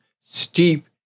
steep